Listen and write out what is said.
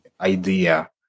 idea